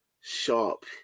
sharp